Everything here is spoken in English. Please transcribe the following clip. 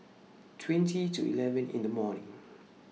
twenty to eleven in The morning